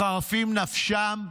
מחרפים נפשם?